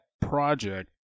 project